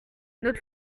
notre